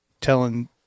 telling